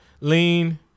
lean